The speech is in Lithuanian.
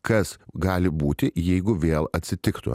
kas gali būti jeigu vėl atsitiktų